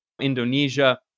Indonesia